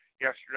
Yesterday